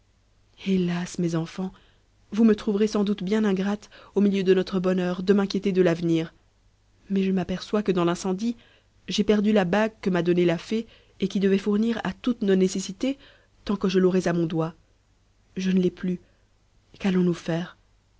hélas mes enfants vous me trouverez sans doute bien ingrate au milieu de notre bonheur de m'inquiéter de l'avenir mais je m'aperçois que dans l'incendie j'ai perdu la bague que m'a donnée la fée et qui devait fournir à toutes nos nécessités tant que je l'aurais à mon doigt je ne l'ai plus qu'allons-nous faire